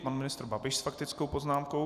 Pan ministr Babiš s faktickou poznámkou.